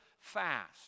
fast